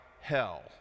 hell